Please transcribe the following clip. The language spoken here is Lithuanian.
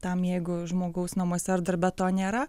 tam jeigu žmogaus namuose ar darbe to nėra